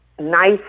nice